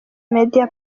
media